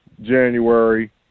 January